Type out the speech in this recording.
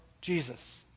Jesus